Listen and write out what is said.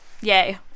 Yay